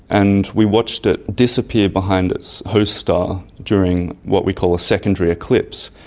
and we watched it disappear behind its host star during what we call a secondary eclipse.